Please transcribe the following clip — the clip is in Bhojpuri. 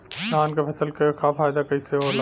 धान क फसल क फायदा कईसे होला?